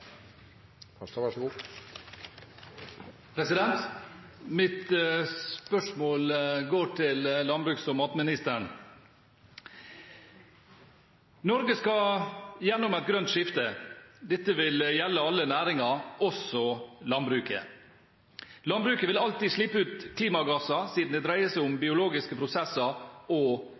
Mitt spørsmål går til landbruks- og matministeren. Norge skal gjennom et grønt skifte. Dette vil gjelde alle næringer, også landbruket. Landbruket vil alltid slippe ut klimagasser, siden det dreier seg om biologiske prosesser og